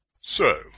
So